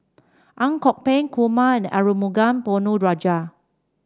Ang Kok Peng Kumar and Arumugam Ponnu Rajah